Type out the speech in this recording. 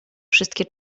wszystkie